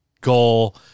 goal